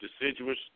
deciduous